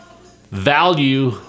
value